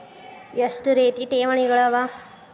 ಎಷ್ಟ ರೇತಿ ಠೇವಣಿಗಳ ಅವ?